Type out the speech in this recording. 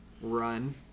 run